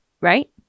right